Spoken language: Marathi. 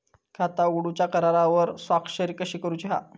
खाता उघडूच्या करारावर स्वाक्षरी कशी करूची हा?